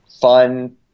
fun